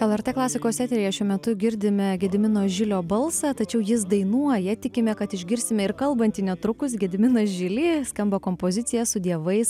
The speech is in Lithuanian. lrt klasikos eteryje šiuo metu girdime gedimino žilio balsą tačiau jis dainuoja tikime kad išgirsime ir kalbantį netrukus gediminą žilį skamba kompozicija su dievais